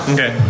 Okay